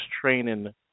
training